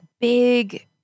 big